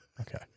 Okay